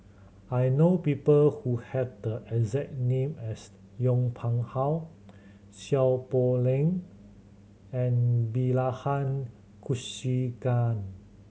I know people who have the exact name as Yong Pung How Seow Poh Leng and Bilahari Kausikan